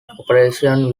operation